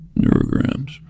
Neurograms